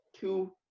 two